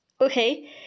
Okay